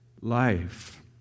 life